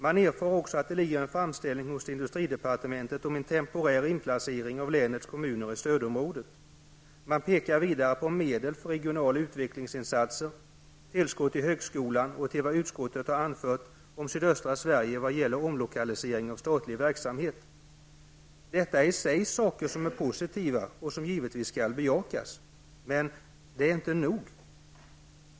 Man erfar också att det ligger en framställning hos industridepartementet om en temorär inplacering av länets kommuner i stödområdet. Man pekar vidare på medel för regionala utvecklingsinsatser och tillskott till högskolan, och man pekar på vad utskottet har anfört om sydöstra Sverige när det gäller omlokalisering av statlig verksamhet. Detta är i sig saker som är positiva och som givetvis skall bejakas. Men det är inte nog.